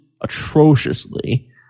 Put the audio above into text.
atrociously